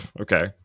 okay